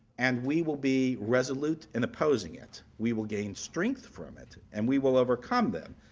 and we will be resolute in opposing it. we will gain strength from it, and we will overcome them.